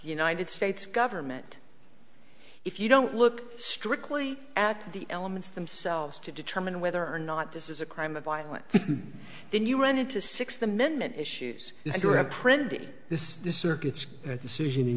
united states government if you don't look strictly at the elements themselves to determine whether or not this is a crime of violence then you run into sixth amendment issues you have printed this this circuit's decision in